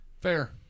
Fair